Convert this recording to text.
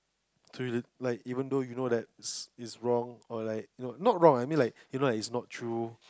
like even though you know that is wrong or like not wrong I mean like you know is not true